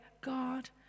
God